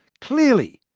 clearly,